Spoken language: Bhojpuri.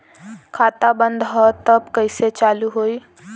खाता बंद ह तब कईसे चालू होई?